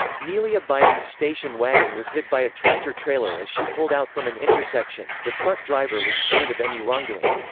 neilia biden's station wagon was hit by a tractor-trailer as she pulled out from an intersection the truck driver was cleared of any wrongdoing.